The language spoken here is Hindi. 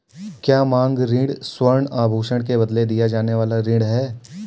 क्या मांग ऋण स्वर्ण आभूषण के बदले दिया जाने वाला ऋण है?